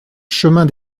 chemin